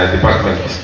Department